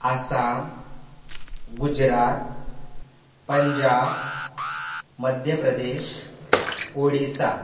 Assam Gujarat Punjab Madhya Pradesh Odisha